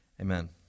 amen